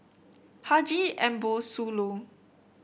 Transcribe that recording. Haji Ambo Sooloh